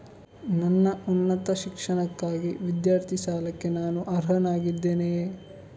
ನನ್ನ ಉನ್ನತ ಶಿಕ್ಷಣಕ್ಕಾಗಿ ವಿದ್ಯಾರ್ಥಿ ಸಾಲಕ್ಕೆ ನಾನು ಅರ್ಹನಾಗಿದ್ದೇನೆಯೇ?